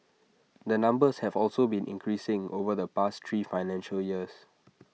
the numbers have also been increasing over the past three financial years